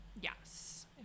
Yes